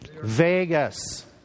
Vegas